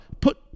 put